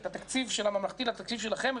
את התקציב של הממלכתי לתקציב של החמ"ד.